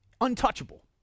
untouchable